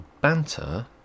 banter